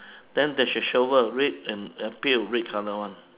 then there's a shovel red and and a bit of red colour [one]